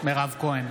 מירב כהן,